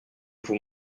vous